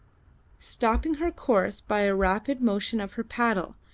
stopping her course by a rapid motion of her paddle,